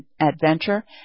adventure